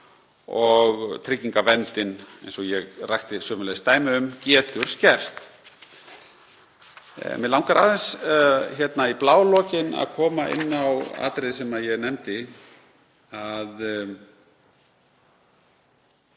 og tryggingarverndin, eins og ég rakti sömuleiðis dæmi um, getur skerst. Mig langar aðeins í blálokin að koma inn á atriði sem ég nefndi. Það